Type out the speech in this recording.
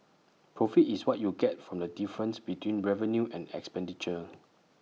profit is what you get from the difference between revenue and expenditure